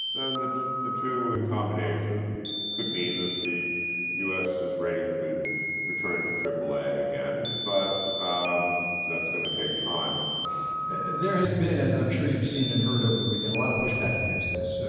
then the the two in combination could mean that the u s s rating could return to aaa again. but um that's going to take time there has been, as i'm sure you've seen and heard over the weekend, a lot of pushback against this.